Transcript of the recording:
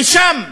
ושם כולנו,